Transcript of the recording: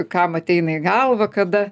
kam ateina į galvą kada